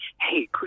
hey